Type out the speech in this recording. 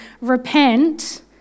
repent